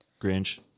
grinch